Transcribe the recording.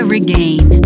Regain